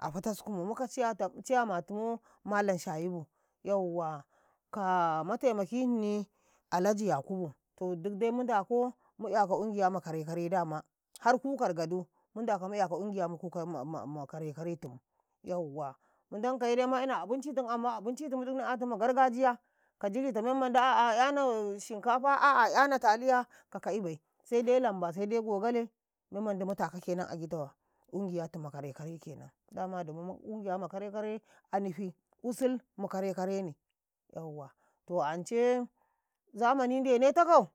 a patiskumo mukata, ciyamatumu malam shayibu, yawwa ka matamakihini Alhaji yakubu to duk de mundako mu'yaka ungiya ma kare-kare dama, har kukar gadu mundaka mu'yaka ungiya ma kuka kare kare yawwa mundankaye de ma ina abincitum, amma abincitum duk ma ina ma gargajiya kajirita memmanda aa 'yanau shinkafa, aa 'yanau taliya ka ka'ibai sede lamba sede gogale memmadi mutaka kenan a gitau wa ungiyatun ma kare-kare kenam dama dumu ungiya ma kare-kare anuti usul mu kare-kare yawwa to ance nzamani ndene takau.